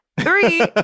Three